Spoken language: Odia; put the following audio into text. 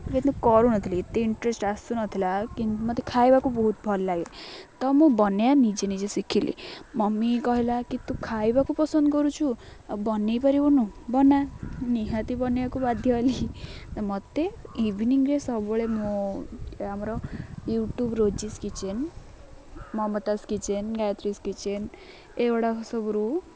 କିନ୍ତୁ କରୁନଥିଲି ଏତେ ଇନ୍ଟ୍ରେଷ୍ଟ୍ ଆସୁନଥିଲା କିନ୍ତୁ ମୋତେ ଖାଇବାକୁ ବହୁତ ଭଲ ଲାଗେ ତ ମୁଁ ବନାଇବା ନିଜେ ନିଜେ ଶିଖିଲି ମମି କହିଲା କି ତୁ ଖାଇବାକୁ ପସନ୍ଦ କରୁଛୁ ଆଉ ବନାଇ ପାରିବୁନି ବନା ନିହାତି ବନାଇବାକୁ ବାଧ୍ୟ ହେଲି ମୋତେ ଇଭିନିଂରେ ସବୁବେଳେ ମୁଁ ଆମର YouTube Rosie's kitchen Mamata's kitchen Gayatri's kitchen ଏହି ଗୁଡ଼ାକ ସବୁରୁ